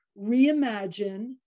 reimagine